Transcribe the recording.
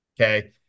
Okay